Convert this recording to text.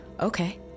Okay